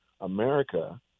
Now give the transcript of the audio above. America